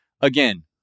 again